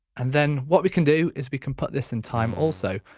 and then what we can do is we can put this in time also.